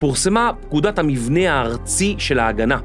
פורסמה פקודת המבנה הארצי של ההגנה